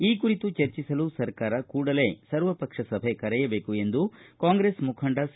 ಈ ಕುರಿತು ಚರ್ಚಿಸಲು ಸರ್ಕಾರ ಕೂಡಲೇ ಸರ್ವಪಕ್ಷ ಸಭೆ ಕರೆಯಬೇಕು ಎಂದು ಕಾಂಗ್ರೆಸ್ ಮುಖಂಡ ಸಿ